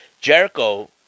Jericho